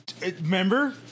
Remember